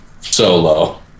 solo